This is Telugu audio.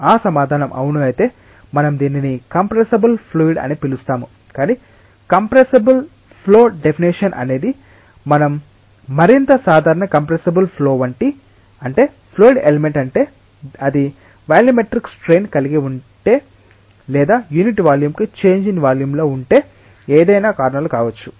ఆ సమాధానం అవును అయితే మనం దీనిని కంప్రెస్సబుల్ ఫ్లూయిడ్ అని పిలుస్తాము కాని కంప్రెసిబుల్ ఫ్లో డెఫినిషన్ అనేది మరింత సాధారణ కంప్రెసిబుల్ ఫ్లో అంటే ఫ్లూయిడ్ ఎలిమెంట్ అంటే అది వాల్యూమెట్రిక్ స్ట్రెయిన్ కలిగి ఉంటే లేదా యూనిట్ వాల్యూమ్కు చేంజ్ ఇన్ వాల్యూమ్లో ఉంటే ఏదైనా కారణాలు కావొచ్చు